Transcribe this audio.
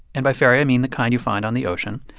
and by ferry, i mean the kind you find on the ocean.